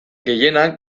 gehienak